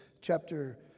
chapter